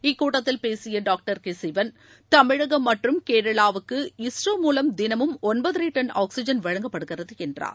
இக்கூட்டத்தில் பேசிய டாக்டர் கேசிவன் தமிழகம் மற்றும் கேரளாவுக்கு இஸ்ரோ மூலம் தினமும் ஒன்பதரை டன் ஆக்ஸிஜன் வழங்கப்படுகிறது என்றார்